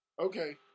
Okay